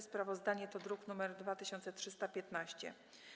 Sprawozdanie to druk nr 2315.